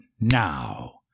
now